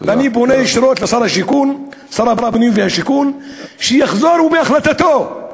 ואני פונה ישירות לשר הבינוי והשיכון שיחזור הוא מהחלטתו,